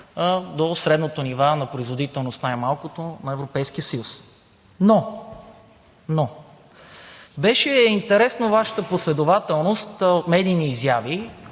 до средното ниво на производителност най-малкото на Европейския съюз. Но беше интересна Вашата последователност от медийни изяви,